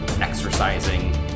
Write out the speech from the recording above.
exercising